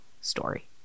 story